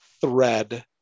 thread